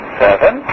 seven